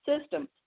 system